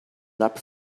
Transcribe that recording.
not